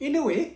in a way